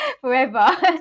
forever